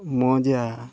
ᱢᱚᱡᱟ